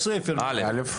א',